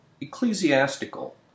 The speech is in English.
ecclesiastical